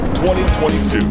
2022